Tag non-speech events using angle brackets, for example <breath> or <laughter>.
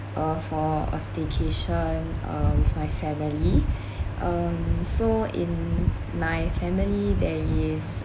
uh for a staycation uh with my family <breath> um so in my family there is